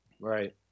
Right